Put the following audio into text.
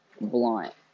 blunt